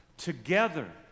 Together